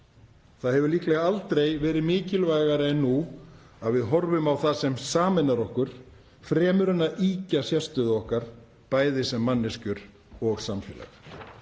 Það hefur líklega aldrei verið mikilvægara en nú að við horfum á það sem sameinar okkur fremur en að ýkja sérstöðu okkar, bæði sem manneskjur og samfélag.